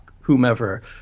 whomever